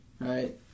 right